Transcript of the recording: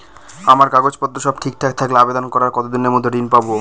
আমার কাগজ পত্র সব ঠিকঠাক থাকলে আবেদন করার কতদিনের মধ্যে ঋণ পাব?